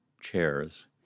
chairs